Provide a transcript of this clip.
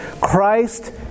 Christ